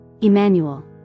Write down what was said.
Emmanuel